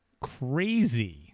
crazy